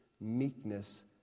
meekness